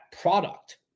product